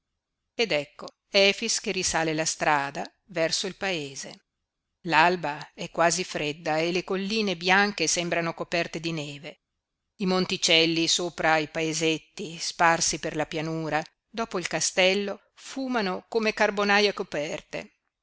ed ecco efix che risale la strada verso il paese l'alba è quasi fredda e le colline bianche sembrano coperte di neve i monticelli sopra i paesetti sparsi per la pianura dopo il castello fumano come carbonaie coperte